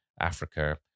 Africa